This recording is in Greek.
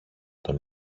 τον